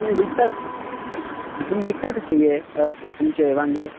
तुमी विकतात तुमी विकतात कशी हे तुमचे वांगे